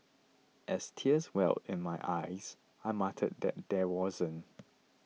as tears welled in my eyes I muttered that there wasn't